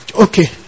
Okay